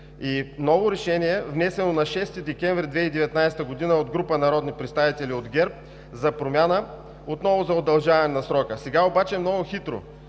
Ново решение, внесено на 6 декември 2019 г. от група народни представители от ГЕРБ, за промяна – отново за удължаване на срока, сега обаче много хитро